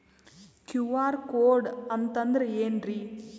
QR code ಅಂತಂದ್ರ ಏನ್ರೀ?